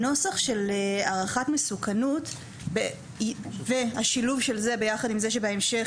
הנוסח של הערכת מסוכנות והשילוב של זה ביחד עם זה שבהמשך